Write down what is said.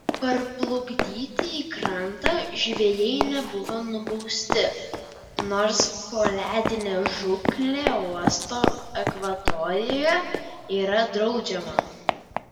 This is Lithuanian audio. parplukdyti į krantą žvejai nebuvo nubausti nors poledinė žūklė uosto akvatorijoje yra draudžiama